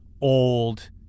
old